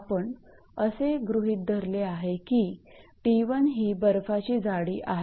आपण असे गृहीत धरले आहे की 𝑡1 ही बर्फाची जाडी आहे